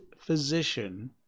physician